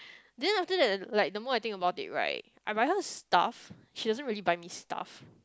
then after that like the more I think about it right I buy her stuff she doesn't really buy me stuff